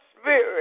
spirit